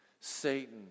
Satan